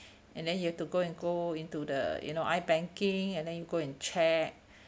and then you have to go and go into the you know I banking and then you go and check